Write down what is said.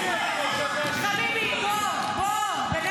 --- הוא בהתייעצות --- חביבי, בוא, בוא.